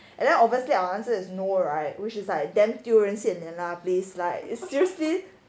and then obviously our answer is no right which is like damn 丢人现眼 lah please like seriously